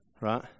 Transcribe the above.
Right